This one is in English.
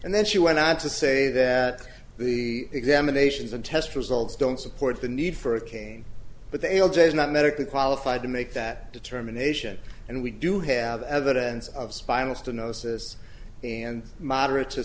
and then she went on to say that the examinations and test results don't support the need for a cane but they are days not medically qualified to make that determination and we do have evidence of spinal stenosis and moderate to